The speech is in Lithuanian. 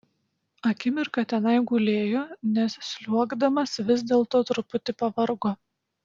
akimirką tenai gulėjo nes sliuogdamas vis dėlto truputį pavargo